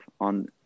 on